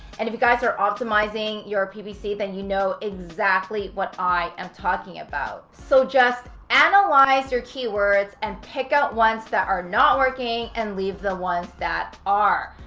and if you guys are optimizing your ppc, then you know exactly what i am talking about. so just analyze your keywords and pick out ones that are not working and leave the ones that are.